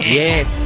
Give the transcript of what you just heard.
yes